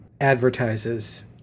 advertises